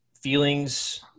feelings